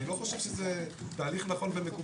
אני לא חושב שזה תהליך נכון ומקובל.